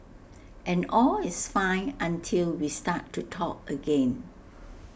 and all is fine until we start to talk again